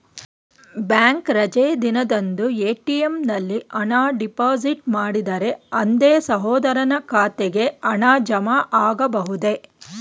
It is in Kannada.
ಬ್ಯಾಂಕ್ ರಜೆ ದಿನದಂದು ಎ.ಟಿ.ಎಂ ನಲ್ಲಿ ಹಣ ಡಿಪಾಸಿಟ್ ಮಾಡಿದರೆ ಅಂದೇ ಸಹೋದರನ ಖಾತೆಗೆ ಹಣ ಜಮಾ ಆಗಬಹುದೇ?